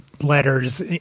letters